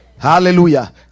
Hallelujah